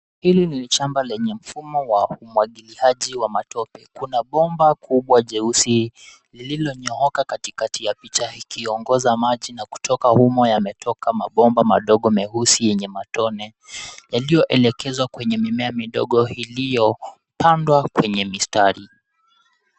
Hili ni shamba lenye mfumo wa umwagiliaji wa matope. Kuna bomba kubwa jeusi lililonyooka katikati ya picha ikiongoza maji na kutoka humo yametoka mabomba madogo meusi yenye matone yaliyoelekezwa kwenye mimea midogo iliyopandwa kwenye mistari.